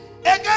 again